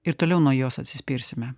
ir toliau nuo jos atsispirsime